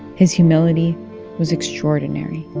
his humility was extraordinary.